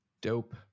Dope